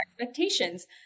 expectations